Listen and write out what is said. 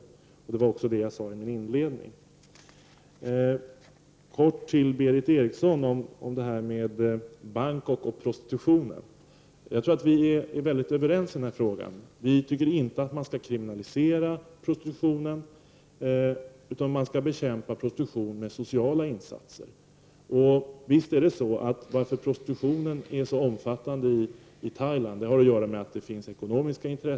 Detta sade jag också i mitt inledande anförande. Sedan helt kort några ord till Berith Eriksson om Bangkok och prostitutionen. Jag tror att Berith Eriksson och jag i stor utsträckning är överens i denna fråga. Vi tycker inte att prostitutionen skall kriminaliseras. I stället skall den bekämpas genom sociala insatser. Att prostitutionen är så omfattande i Thailand har att göra med det faktum att det finns ekonomiska intressen.